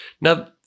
Now